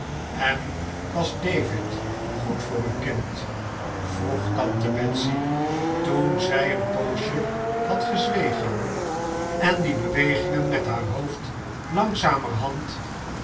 en was david goed voor u kind vroeg tante betsey toen zij een poosje had gezwegen en die bewegingen met haar hoofd langzamerhand